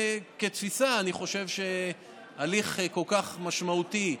כתפיסה, אני חושב שהליך כל כך משמעותי,